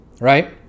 right